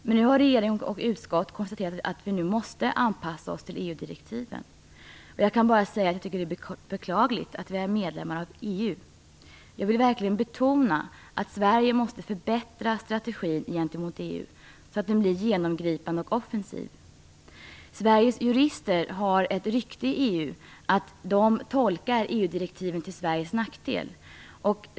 Men nu har regering och utskott konstaterat att vi måste anpassa oss till EU-direktiven. Jag kan bara säga att jag tycker att det är beklagligt att vi är medlemmar av EU. Jag vill verkligen betona att Sverige måste förbättra strategin gentemot EU, så att den blir genomgripande och offensiv. Sveriges jurister har ett rykte inom EU, att de tolkar EU-direktiven till Sveriges nackdel.